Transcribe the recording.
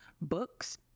books